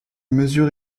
mesures